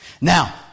Now